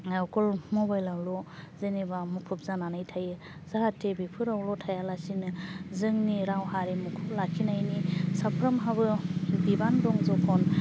अखल मबेलावल' जेनेबा मुखुब जानानै थायो जाहाथे बेफोरावल' थायालासिनो जोंनि राव हारिमुखौ लाखिनायनि साफ्रोमहाबो बिबान दं जखन